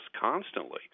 constantly